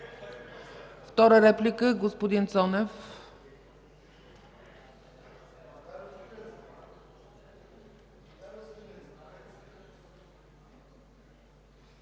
Втора реплика – господин Цонев.